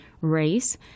race